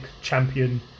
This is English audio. champion